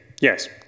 Yes